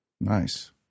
Nice